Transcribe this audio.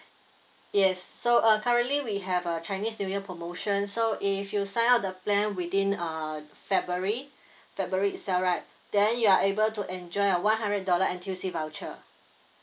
yes so uh currently we have a chinese new year promotion so if you sign up the plan within uh february february itself right then you are able to enjoy one hundred dollar edusave voucher